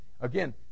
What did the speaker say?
Again